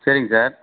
சரிங்க சார்